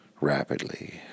rapidly